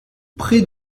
pré